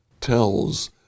tells